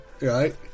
right